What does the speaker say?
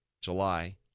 July